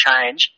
change